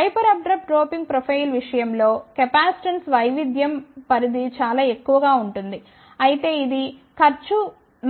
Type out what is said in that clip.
hyper abrupt doping profile విషయం లో capacitance వైవిధ్యం పరిధి చాలా ఎక్కువగా ఉంటుంది అయితే ఇది ఖర్చు